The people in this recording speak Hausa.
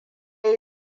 yi